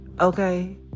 okay